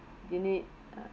you need uh